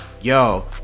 yo